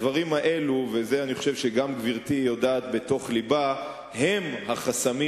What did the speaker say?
אני חושב שגם גברתי יודעת בתוך לבה שהדברים האלה הם החסמים